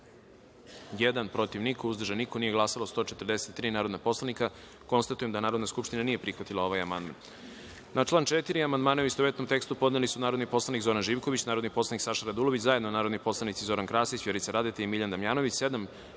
protiv – niko, uzdržanih – nema, nije glasao 141 narodni poslanik. Konstatujem da Narodna skupština nije prihvatila ovaj amandman. Na član 26. amandmane, u istovetnom tekstu, podneli su narodni poslanik Zoran Živković, narodni poslanik Saša Radulović, zajedno narodni poslanici Zoran Krasić, Vjerica Radeta i Tomislav LJubenović,